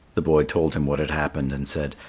the boy told him what had happened, and said,